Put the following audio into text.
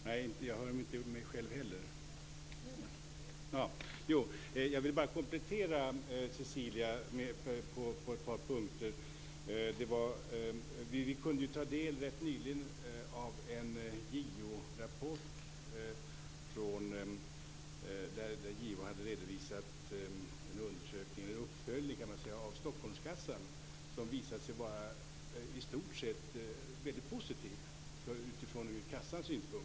Herr talman! Jag vill bara komplettera Cecilia på ett par punkter. Vi kunde rätt nyligen ta del av en rapport där JO hade redovisat en uppföljning av Stockholmskassan som visade sig vara i stort sett väldigt positiv från kassan synpunkt.